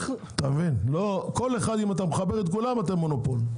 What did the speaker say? אם אתה מחבר את כולם, אתם מונופול.